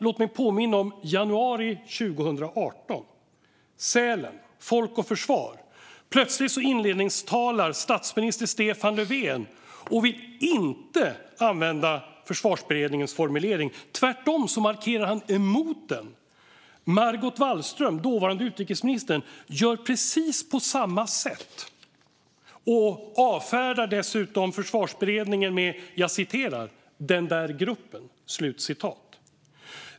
Låt mig påminna om januari 2018, vid Folk och försvar i Sälen. Statsminister Stefan Löfven inledningstalade och ville plötsligt inte använda Försvarsberedningens formulering. Tvärtom markerade han emot den. Margot Wallström, dåvarande utrikesministern, gjorde på precis samma sätt och avfärdade dessutom Försvarsberedningen som "den där gruppen".